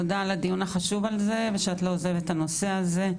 תודה על תודה על הדיון החשוב הזה שאת לא עוזבת את הנושא הזה.